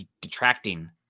detracting